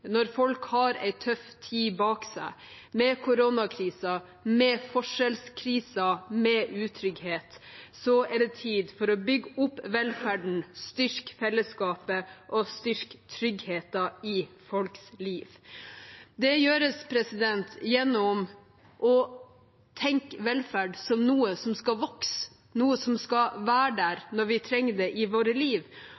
Når folk har en tøff tid bak seg med koronakrisen, med forskjellskrise og med utrygghet, er det tid for å bygge opp velferden, styrke fellesskapet og styrke tryggheten i folks liv. Det gjøres gjennom å tenke velferd som noe som skal vokse, noe som skal være der